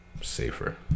safer